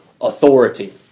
authority